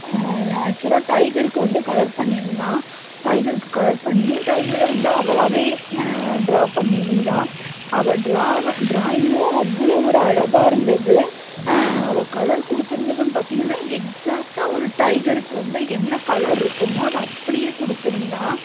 ஆக்ஷுவலாக டைகருக்கு வந்து கலர் பண்ணிருந்தால் டைகருக்கு கலர் பண்ணி டைகரை வந்து அவ்வளாவே ட்ரா பண்ணியிருந்தா அவள் ட்ராவை ட்ராயிங்கும் அவ்வளோ ஒரு அழகாக இருந்தது அவள் கலர் கொடுத்துருந்ததும் பார்த்திங்கன்னா எக்ஸாக்ட்டா ஒரு டைகருக்கு வந்து என்ன கலர் இருக்குமோ அதை அப்படியே கொடுத்துருந்தா